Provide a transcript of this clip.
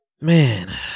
man